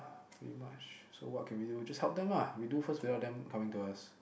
pretty much so what can we do we just help them ah we do first without them coming to us